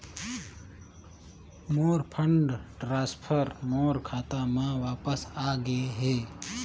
मोर fund transfer मोर खाता म वापस आ गे हे